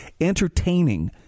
entertaining